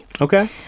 Okay